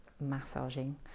massaging